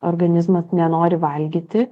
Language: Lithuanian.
organizmas nenori valgyti